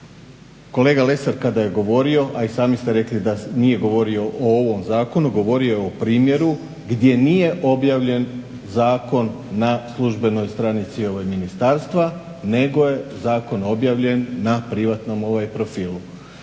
Kolega Lesar kada je govorio, a i sami ste rekli da nije govorio o ovom zakonu. Govorio je o primjeru gdje nije objavljen zakon na službenoj stranici ministarstva nego je zakon objavljen na privatnom profilu.